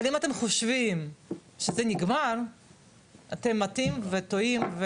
אבל אם אתם חושבים שזה נגמר אתם מטעים וטועים,